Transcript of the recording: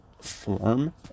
form